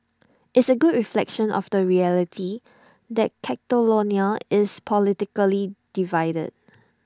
it's A good reflection of the reality that Catalonia is politically divided